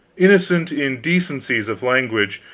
innocent indecencies of language,